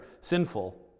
sinful